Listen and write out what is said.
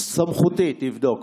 סמכותי, תבדוק.